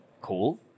cool